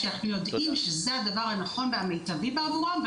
כשאנחנו יודעים שזה הדבר הנכון והמיטיבי עבורם.